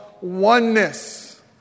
oneness